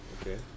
Okay